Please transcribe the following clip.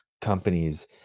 companies